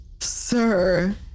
sir